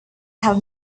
have